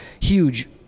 huge